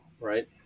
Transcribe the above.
right